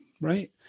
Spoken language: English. right